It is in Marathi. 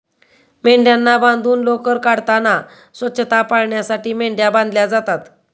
मेंढ्यांना बांधून लोकर काढताना स्वच्छता पाळण्यासाठी मेंढ्या बांधल्या जातात